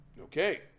Okay